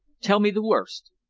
tell me the worst.